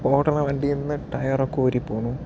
ഓടണ വണ്ടിയിൽ നിന്ന് ടയർ ഒക്കെ ഊരി പോവണു